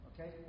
Okay